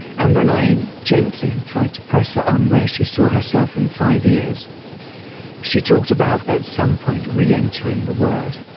and when i gently tried to press her on where she saw herself in five years she talked about at some point are re-entering the world.